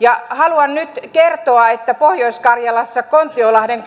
ja haluan nyt kertoa että pohjois karjalassa kontiolahden